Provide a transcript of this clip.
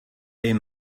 est